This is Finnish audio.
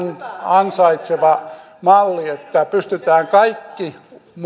ansaitseva malli että pystytään kaikki